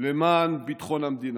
למען ביטחון המדינה.